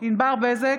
ענבר בזק,